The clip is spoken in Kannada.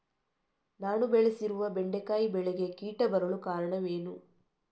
ನಾನು ಬೆಳೆಸಿರುವ ಬೆಂಡೆಕಾಯಿ ಬೆಳೆಗೆ ಕೀಟ ಬರಲು ಕಾರಣವೇನು?